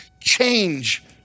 change